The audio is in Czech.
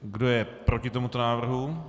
Kdo je proti tomuto návrhu?